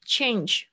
Change